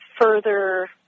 further